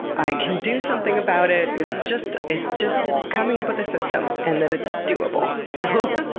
i can do something about it. it's just it's just coming up with a system and that it's doable. so